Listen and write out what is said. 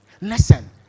Listen